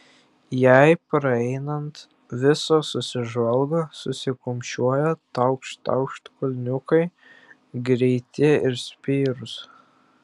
jai praeinant visos susižvalgo susikumščiuoja taukšt taukšt kulniukai greiti ir spėrūs